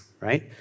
right